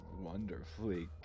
wonderfully